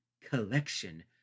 collection